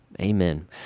Amen